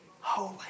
Holy